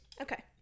Okay